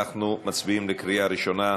אנחנו מצביעים בקריאה ראשונה.